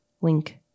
wink